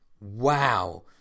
Wow